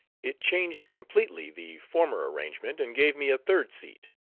it changed completely the former arrangement, and gave me a third seat.